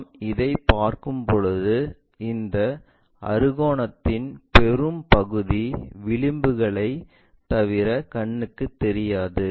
நாம் இதைப் பார்க்கும்போது இந்த அறுகோணத்தின் பெரும்பகுதி விளிம்புகளைத் தவிர கண்ணுக்குத் தெரியாது